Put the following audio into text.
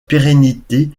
pérennité